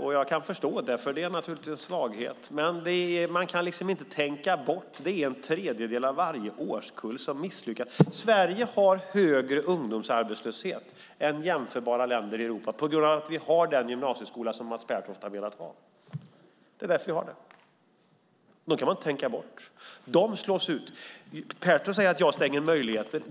Jag kan förstå det. Det är naturligtvis en svaghet. Men man kan inte tänka bort att det är en tredjedel av varje årskull som misslyckas. Sverige har högre ungdomsarbetslöshet än jämförbara länder i Europa på grund av att vi har den gymnasieskola som Mats Pertoft har velat ha. Det är därför vi har det. Det kan man inte tänka bort. De slås ut. Pertoft säger att jag stänger möjligheter.